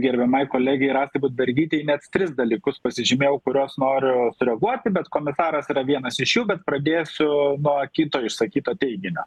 gerbiamai kolegei rasai budbergytei net tris dalykus pasižymėjau kurios noriu sureaguoti bet komentaras yra vienas iš jų bet pradėsiu nuo kito išsakyto teiginio